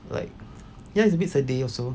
like ya it's bit sedih also